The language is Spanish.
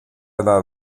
edad